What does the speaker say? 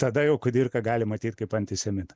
tada jau kudirką galim matyt kaip antisemitą